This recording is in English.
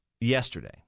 yesterday